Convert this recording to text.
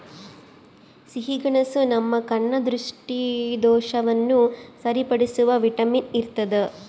ಸಿಹಿಗೆಣಸು ನಮ್ಮ ಕಣ್ಣ ದೃಷ್ಟಿದೋಷವನ್ನು ಸರಿಪಡಿಸುವ ವಿಟಮಿನ್ ಇರ್ತಾದ